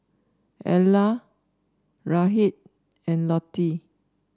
Ela Rhett and Lottie